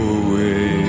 away